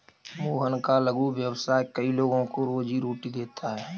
मोहन का लघु व्यवसाय कई लोगों को रोजीरोटी देता है